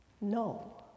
No